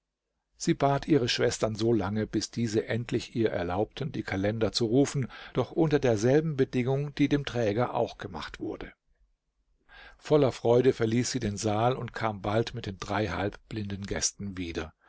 sie bat ihre schwestern so lange bis diese endlich ihr erlaubten die kalender zu rufen doch unter derselben bedingung die dem träger auch gemacht wurde voller freude verließ sie den saal und kam bald mit den drei halbblinden gästen wieder